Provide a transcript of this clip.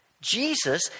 Jesus